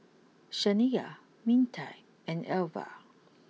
Shaniya Mintie and Alva